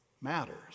matters